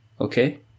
Okay